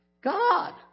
God